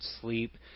sleep